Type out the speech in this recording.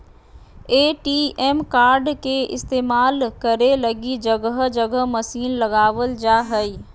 ATM card के इस्तेमाल करे लगी जगह जगह मशीन लगाबल जा हइ